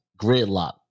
gridlock